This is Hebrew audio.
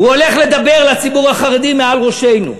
זה שהוא הולך לדבר לציבור החרדי מעל ראשינו.